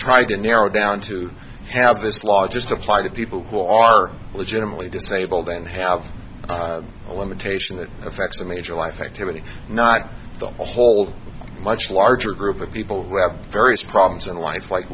tried to narrow down to have this law just apply to people who are legitimately disabled and have a limitation that effects a major life activity not the whole much larger group of people who have various problems in life like